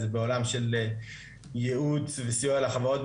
בעולם של ייעוץ וסיוע לחברות,